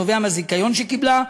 שנובע מהזיכיון שקיבלה.